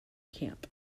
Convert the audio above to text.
camp